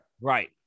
Right